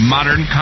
Modern